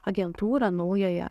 agentūrą naująją